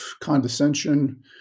condescension